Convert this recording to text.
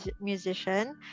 musician